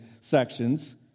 sections